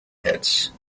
pits